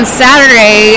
saturday